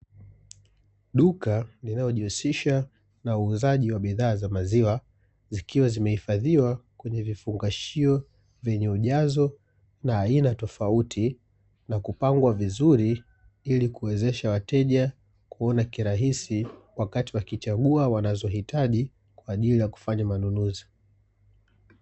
Duka linalojihusisha na uuzaji wa bidhaa za maziwa, zikiwa zimehifadhiwa kwenye vifungashio vyenye ujazo na aina tofauti na kupangwa vizuri, ili kuwezesha wateja kuona kirahisi wakati wakichagua wanazohitaji kwa ajili ya kufanya manunuzi.